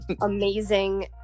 amazing